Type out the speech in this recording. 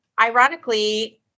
ironically